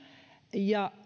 ja